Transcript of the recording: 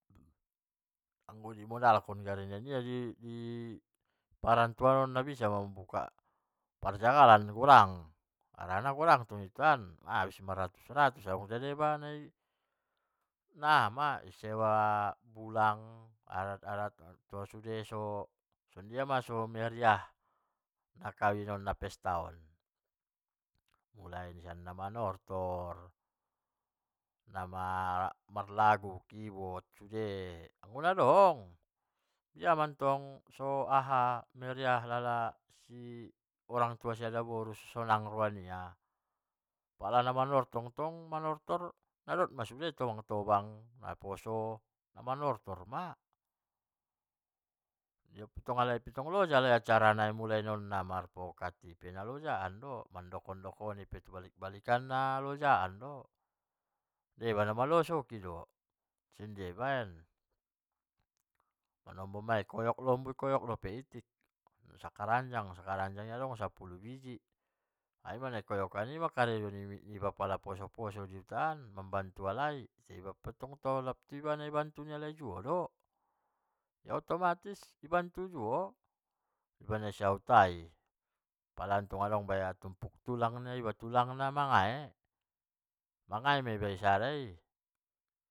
Tulangon, nasusahan piga tulang nia anggon namanumpur do iba sude inda nabisa saratus dua ratus, nasakobet do giot nialai sanga sadia dokkon alai sai ma iahaon i naidongkon i, ipakumpul ma tulang na sanga piga, sadia be aha de naguot tabusan di bere on nia, itabusan abit ni alai, lamari ni alai, i ma i pakumpul aha ni alai keperluan ni rumah tangga ni alai, napala tanggung jawab ni tulang guarna. songon nahuida mattong di huta soni ma bahat, tulang nia mangae ma, dong nadigadeon nia oma kareta nia demi babere niaon, son dia so meriah, inmantong bahat do meriah-meriah tai copat marsarakna, ido naborat. adong tong baya sampe natobang nihalai, dihargai halai pernikahan loja orang tua nihalai namanjalaki hepeng i, godang tuor na, tuor na pe godang-godang ma. adongpe ola acara-acara i bahat, adong tong tambana.